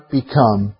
become